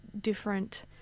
different